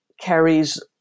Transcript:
carries